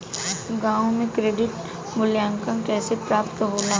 गांवों में क्रेडिट मूल्यांकन कैसे प्राप्त होला?